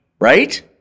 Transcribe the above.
Right